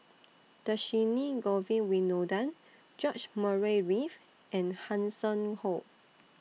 Dhershini Govin Winodan George Murray Reith and Hanson Ho